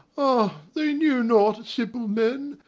ah, they knew not, simple men,